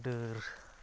ᱰᱟᱹᱨ